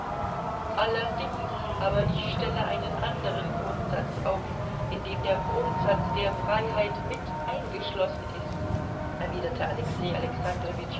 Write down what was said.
allerdings aber ich stelle einen anderen grundsatz auf in dem der grundsatz der freiheit mit eingeschlossen ist erwiderte alexei